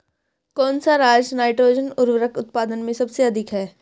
कौन सा राज नाइट्रोजन उर्वरक उत्पादन में सबसे अधिक है?